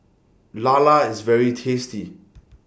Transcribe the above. Lala IS very tasty